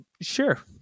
sure